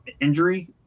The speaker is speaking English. injury